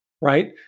right